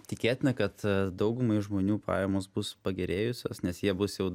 tikėtina kad daugumai žmonių pajamos bus pagerėjusios nes jie bus jau